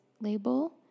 label